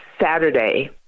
Saturday